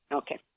okay